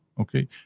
okay